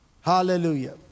Hallelujah